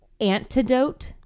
Antidote